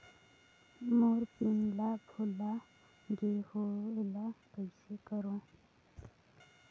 मोर PIN ला भुला गे हो एला कइसे करो?